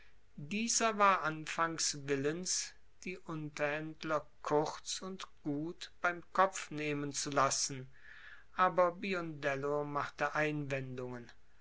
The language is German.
dieser war anfangs willens die unterhändler kurz und gut beim kopf nehmen zu lassen aber biondello machte einwendungen